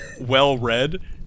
well-read